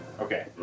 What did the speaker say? Okay